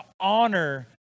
honor